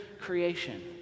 creation